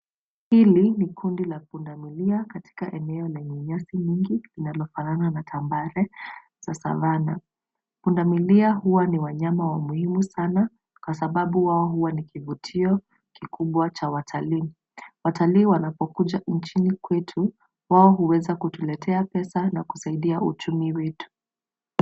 Hili ni kundi la pundamilia katika eneo lenye nyasi nyingi linalofanana na tambarare za savannah .Pundamilia huwa ni wanyama wa muhimu sana kwa sababu wao huwa ni kivutio kikubwa cha watalii. Watalii wanapokuja nchini kwetu wao huweza kutuletea pesa na kusaidia uchumi wetu.